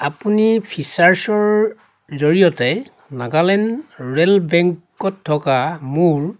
আপুনি ফ্ৰীচাৰ্জৰ জৰিয়তে নাগালেণ্ড ৰুৰেল বেংকত থকা মোৰ